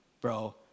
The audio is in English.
bro